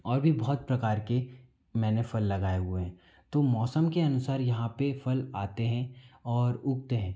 और भी बहुत प्रकार के मैंने फल लगाए हुए हैं तो मौसम के अनुसार यहाँ पे फल आते हैं और उगते हैं